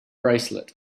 bracelet